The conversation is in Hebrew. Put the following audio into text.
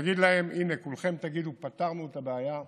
נגיד להם, כולכם תגידו: פתרנו את הבעיה,